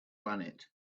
planet